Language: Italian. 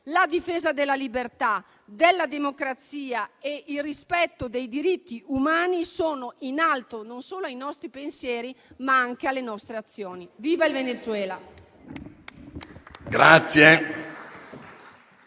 la difesa della libertà, della democrazia e il rispetto dei diritti umani sono all'apice non solo dei nostri pensieri, ma anche delle nostre azioni. Viva il Venezuela!